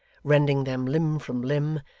rending them limb from limb,